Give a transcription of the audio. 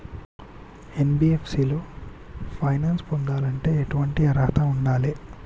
NBFC లో finance పొందాలంటే ఎట్లాంటి అర్హత ఉండాలే?